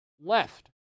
left